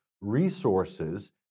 resources